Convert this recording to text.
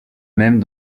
même